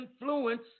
influence